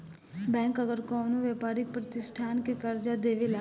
bank अगर कवनो व्यापारिक प्रतिष्ठान के कर्जा देवेला